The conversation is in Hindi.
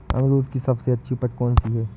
अमरूद की सबसे अच्छी उपज कौन सी है?